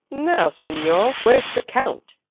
now, signior, where's the count?